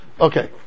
Okay